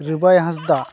ᱨᱤᱵᱚᱭ ᱦᱟᱸᱥᱫᱟ